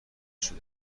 شده